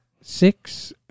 six